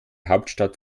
hauptstadt